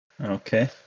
Okay